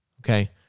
okay